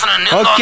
Okay